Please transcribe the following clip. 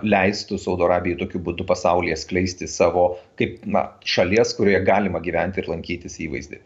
leistų saudo arabijai tokiu būdu pasaulyje skleisti savo kaip na šalies kurioje galima gyventi ir lankytis įvaizdį